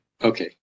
Okay